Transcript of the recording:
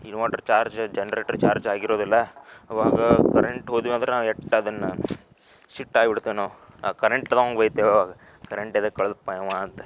inverter charge generator charge ಆಗಿರೋದಿಲ್ಲ ಆವಾಗ current ಹೋದ್ವಿ ಅಂದ್ರೆ ನಾವು ಎಟ್ ಅದನ್ನು ಶಿಟ್ ಆಗ್ಬಿಡ್ತೀವಿ ನಾವು ಆ ಕರೆಂಟ್ದವ್ನಿಗೆ ಬೈತೇವೆ ಆವಾಗ ಕರೆಂಟ್ ಎದಕ್ ಕಳ್ದಪ್ಪ ಇವು ಅಂತ